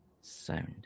sound